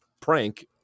prank